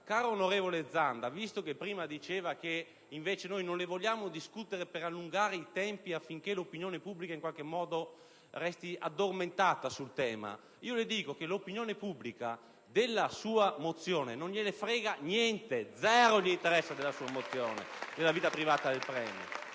Caro senatore Zanda, poiché lei prima diceva che invece noi non le vogliamo discutere per allungare i tempi affinché l'opinione pubblica in qualche modo resti addormentata sul tema, le dico che all'opinione pubblica della sua mozione non gliene frega niente: gliene importa zero della vita privata del *Premier*.